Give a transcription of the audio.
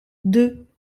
deux